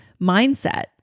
mindset